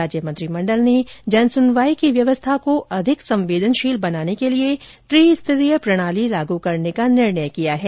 राज्य मंत्रिमण्डल ने जनसुनवाई की व्यवस्था को अधिक संवेदनशील बनाने के लिए त्रिस्तरीय प्रणाली लागू करने का निर्णय किया है